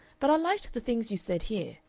but i liked the things you said here.